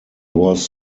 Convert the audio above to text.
was